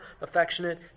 affectionate